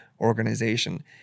organization